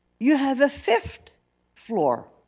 you have a fifth floor.